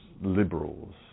liberals